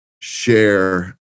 share